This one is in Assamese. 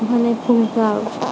মানে ভূমিকা